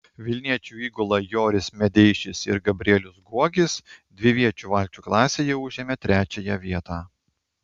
vilniečių įgula joris medeišis ir gabrielius guogis dviviečių valčių klasėje užėmė trečiąją vietą